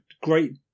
great